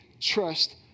trust